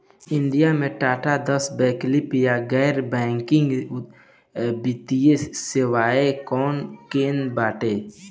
India में top दस वैकल्पिक या गैर बैंकिंग वित्तीय सेवाएं कौन कोन बाटे?